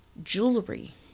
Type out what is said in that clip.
Jewelry